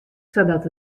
sadat